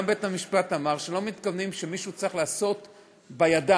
גם בית-המשפט אמר שלא מתכוונים שמישהו צריך לעשות בידיים,